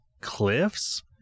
cliffs